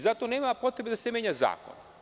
Zato nema potrebe da se menja zakon.